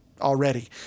already